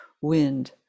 wind